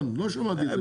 לא שמעתי את זה.